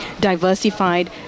diversified